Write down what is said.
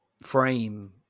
frame